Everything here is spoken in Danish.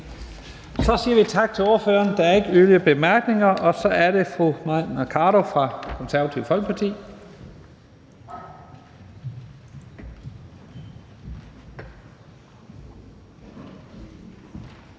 Så siger vi tak til ordføreren. Der er ikke yderligere korte bemærkninger. Så er det fru Mai Mercado fra Det Konservative Folkeparti. Kl.